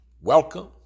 welcome